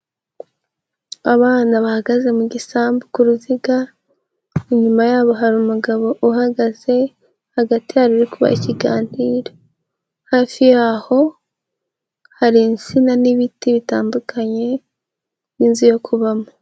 Abana bahagaze mu gisambu ku ruziga, inyuma yabo hari umugabo uhagaze, hagati hari uri kubaha ikiganiro, hafi yaho hari insina n'ibiti bitandukanye n'inzu yo kubamo.